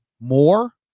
more